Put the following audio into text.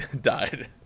died